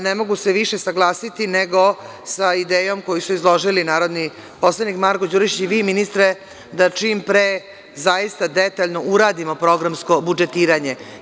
Ne mogu se više saglasiti nego sa idejom koju su izložili narodni poslanik Marko Đurišić i vi ministre, da čim pre zaista detaljno uradimo programsko budžetiranje.